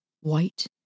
White